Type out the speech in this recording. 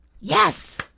Yes